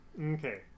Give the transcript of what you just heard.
Okay